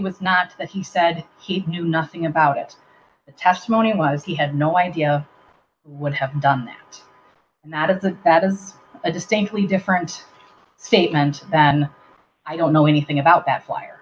was not that he said he knew nothing about it the testimony was he had no idea would have done and that is the that is a distinctly different statement than i don't know anything about that wire